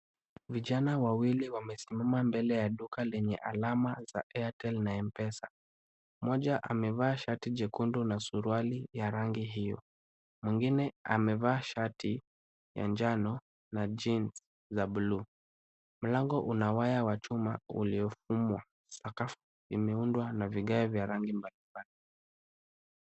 Vijana wawili wamesimama mbele ya duka lenye alama za Airtel na M-pesa. Mmoja amevaa shati jekundu na suruali ya rangi hiyo. Mwingine amevaa shati la njano na jeans ya buluu. Mlango una waya wa chuma uliofumwa sakafu imeundwa na vigae vya rangi mbalimbali.